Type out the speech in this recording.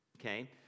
Okay